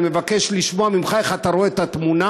אני מבקש לשמוע ממך איך אתה רואה את התמונה